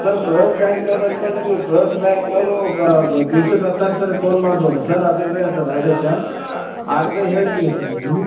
sir private ಬ್ಯಾಂಕ್ನಾಗೆ ಅಂತಂದ್ರೆ ನೀವು ಪ್ರೈವೆಟ್ ಬ್ಯಾಂಕ್ನವರು ಬ ದಿವ್ಸಕ್ಕೆ ಹತ್ತು ಆರು ಸರಿ ಫೋನ್ ಮಾಡ್ಬೋದಾ ಸರ್ ಅದು ಇದೆಯಾ ಸರ್ ಆದೇಶ ಆರ್ ಬಿ ಐ ಹೇಳಿ